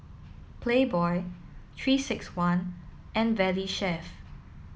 Playboy three six one and Valley Chef